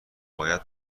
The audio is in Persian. باید